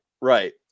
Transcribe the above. Right